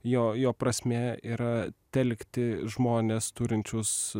jo jo prasmė yra telkti žmones turinčius